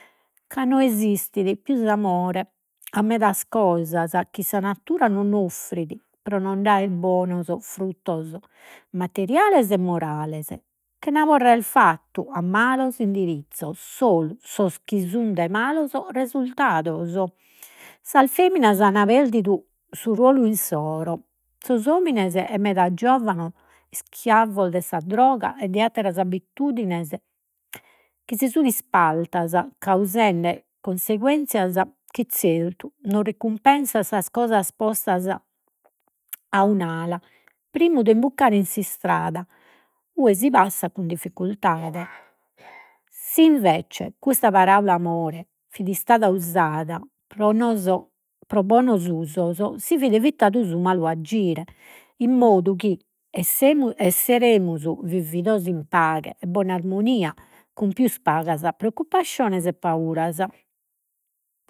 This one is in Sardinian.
Ca no esistit pius amore, a medas cosas chi sa natura non offrit, pro nd'aere bonos fruttos materiales e morales, chena porrere fattu a malos indirizzos sos chi sun de malos resultados. Sas feminas an perdidu su rolu insoro, sos omines e meda giovanos ischiavos de sa droga e de atteras abitudines chi si sun ispartas causende conseguenzias chi zertu no recumpensan sas cosas postas un'ala, primmu de imbucare in s'istrada, ue si passat cun difficultade. Si invece custa paraula amore fit istada usada pro pro bonos usos si fit evitadu su malu agire in modu chi esseremus vividos in paghe e bona armonia cun pius pagas preoccupasciones e pauras.